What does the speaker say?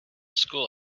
school